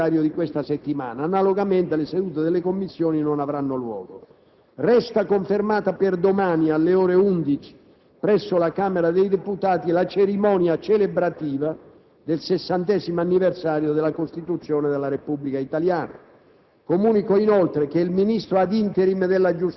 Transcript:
degli argomenti previsti dall'ordine del giorno di oggi e dal calendario di questa settimana. Analogamente, le sedute delle Commissioni non avranno luogo. Resta confermata per domani, alle ore 11, presso la Camera dei deputati, la cerimonia celebrativa del sessantesimo anniversario della Costituzione della Repubblica italiana.